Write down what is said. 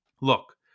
Look